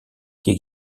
qui